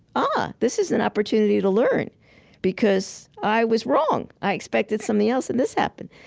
um ah. this is an opportunity to learn because i was wrong. i expected something else and this happened.